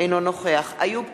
אינו נוכח איוב קרא,